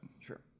Sure